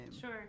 Sure